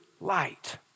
light